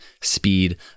speed